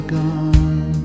gone